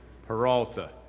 peralta,